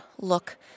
look